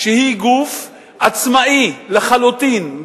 היא גוף עצמאי לחלוטין,